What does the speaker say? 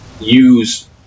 use